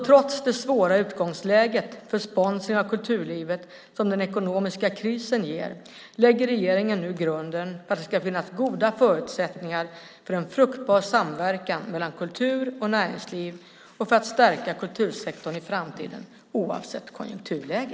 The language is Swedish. Trots det svåra utgångsläget för sponsring av kulturlivet som den ekonomiska krisen ger, lägger regeringen nu grunden för att det ska finnas goda förutsättningar för en fruktbar samverkan mellan kultur och näringsliv för att stärka kultursektorn i framtiden, oavsett konjunkturläge.